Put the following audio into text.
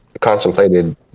contemplated